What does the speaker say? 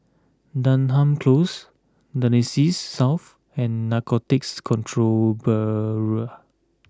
Denham Close Connexis South and Narcotics Control Bureau